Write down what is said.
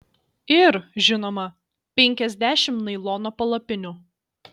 ir žinoma penkiasdešimt nailono palapinių